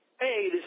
Hey